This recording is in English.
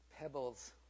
pebbles